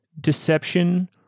deception